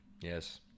yes